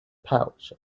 pouch